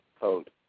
code